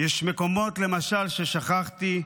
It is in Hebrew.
יש מקומות למשל ששכחתי,